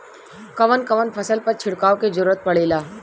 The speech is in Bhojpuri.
कवन कवन फसल पर छिड़काव के जरूरत पड़ेला?